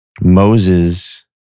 Moses